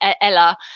Ella